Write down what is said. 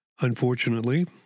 Unfortunately